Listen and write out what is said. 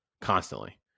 constantly